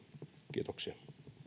kiitoksia